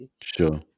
Sure